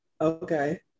okay